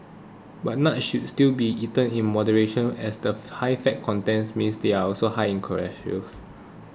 but nuts should still be eaten in moderation as the high fat content means they are also high in calories